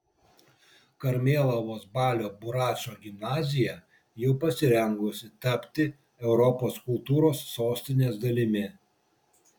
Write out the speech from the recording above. karmėlavos balio buračo gimnazija jau pasirengusi tapti europos kultūros sostinės dalimi